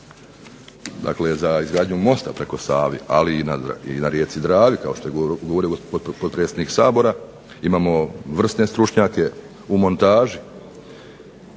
dakle za izgradnju mosta preko Save, ali i na rijeci Dravi kao što je govorio potpredsjednik Sabora, imamo vrsne stručnjake u montaži.